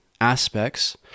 aspects